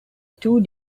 two